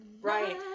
right